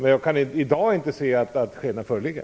Men jag kan i dag inte se att de skälen föreligger.